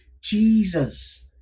jesus